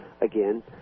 again